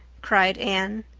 cried anne.